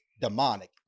demonic